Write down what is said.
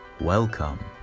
Welcome